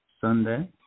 Sunday